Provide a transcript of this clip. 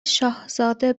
شاهزاده